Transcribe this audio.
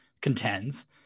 contends